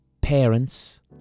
parents